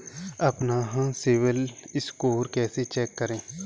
अपना सिबिल स्कोर कैसे चेक करें?